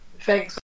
Thanks